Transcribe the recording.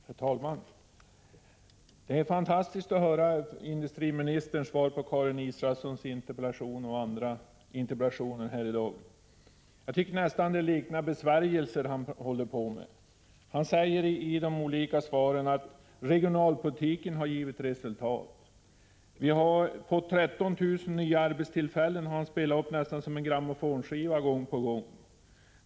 Herr talman! Det är fantastiskt att höra industriministerns svar på Karin Israelssons och andras interpellationer. Jag tycker nästan att det som industriministern håller på med liknar besvärjelser. Han säger i de olika svaren att regionalpolitiken har givit resultat. Nästan som om det vore från en grammofonskiva har vi fått höra industriministern upprepa att vi har fått 13 000 nya arbetstillfällen.